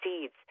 seeds